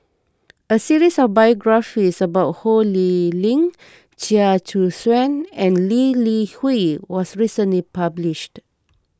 a series of biographies about Ho Lee Ling Chia Choo Suan and Lee Li Hui was recently published